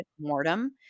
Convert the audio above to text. Mortem